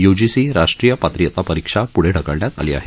UGC राष्ट्रीय पात्रता परिक्षा प्ढे ढकलण्यात आली आहे